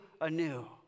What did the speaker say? anew